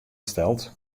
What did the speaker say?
steld